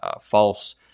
false